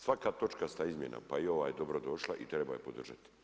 Svaka točkasta izmjena pa i ova je dobrodošla i treba je podržati.